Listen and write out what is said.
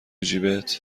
جیبت